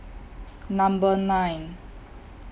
Number nine